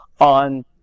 on